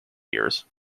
years